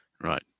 right